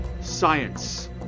science